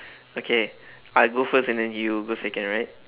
okay I'll go first and then you go second right